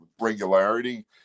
regularity